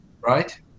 Right